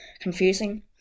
Confusing